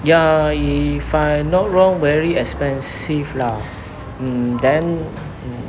ya if I not wrong very expensive lah mm then